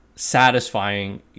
satisfying